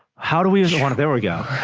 how do we usually want it there we go